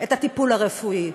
את הטיפול הרפואי.